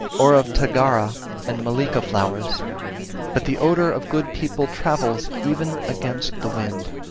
or of tagara and mallika flowers but the odour of good people travels even against the wind